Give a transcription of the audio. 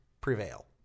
prevail